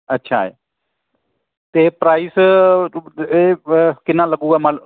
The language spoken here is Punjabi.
ਅੱਛਾ ਹੈ ਅਤੇ ਪ੍ਰਾਈਸ ਕਿੰਨਾ ਲੱਗੂਗਾ ਮੰਨ